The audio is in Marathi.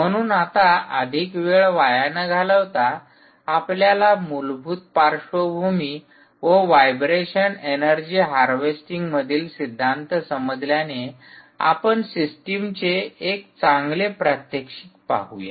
म्हणून आता अधिक वेळ वाया न घालवता आपल्याला मूलभूत पार्श्वभूमी व व्हायब्रेशन एनर्जी हार्वेस्टिंगमागील सिद्धांत समजल्याने आपण सिस्टमचे एक चांगले प्रात्यक्षिक पाहूया